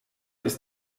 ist